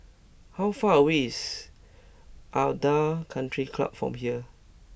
how far away is Aranda Country Club from here